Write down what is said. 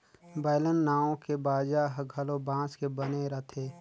violin नांव के बाजा ह घलो बांस के बने रथे